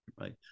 Right